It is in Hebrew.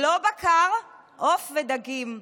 לא בקר, עוף ודגים.